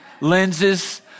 lenses